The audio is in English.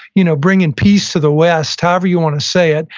you know bringing peace to the west, however you want to say it.